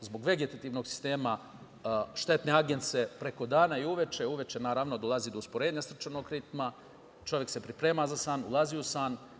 zbog vegetativnog sistema štete agence preko dana i uveče. Uveče, naravno, dolazi do usporenja srčanog ritma, čovek se priprema za san, ulazi u san